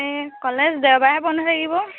এই কলেজ দেওবাৰে বন্ধ থাকিব